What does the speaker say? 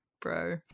bro